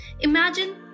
Imagine